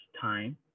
time